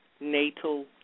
natal